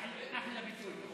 אחלה ביטוי.